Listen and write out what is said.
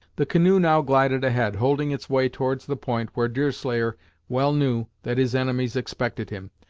the canoe now glided ahead, holding its way towards the point where deerslayer well knew that his enemies expected him,